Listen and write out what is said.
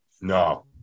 No